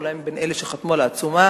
אולי מבין אלה שחתמו על העצומה.